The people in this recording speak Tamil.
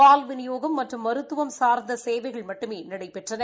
பால் விநியோகம் மற்றும் மருத்துவம் சார்ந்த சேவைகள் மட்டுமே நடைபெற்றன